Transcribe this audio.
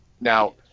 now